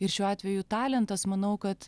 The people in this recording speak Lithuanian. ir šiuo atveju talentas manau kad